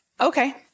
okay